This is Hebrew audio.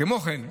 כמו כן,